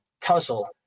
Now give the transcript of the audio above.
tussle